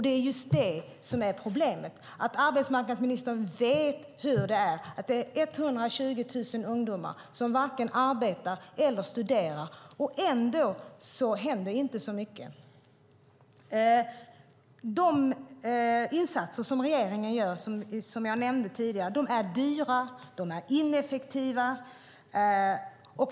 Det är just det som är problemet, att arbetsmarknadsministern vet hur det är, att 120 000 ungdomar varken arbetar eller studerar. Och ändå händer inte mycket. De insatser som regeringen gör, som jag nämnde tidigare, är dyra och ineffektiva.